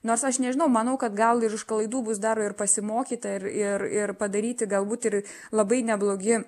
nors aš nežinau manau kad gal ir iš klaidų bus dar ir pasimokyta ir ir ir padaryti galbūt ir labai neblogi